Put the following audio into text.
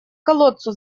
колодцу